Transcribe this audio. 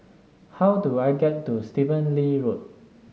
how do I get to Stephen Lee Road